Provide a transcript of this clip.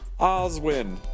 Oswin